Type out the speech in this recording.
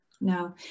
no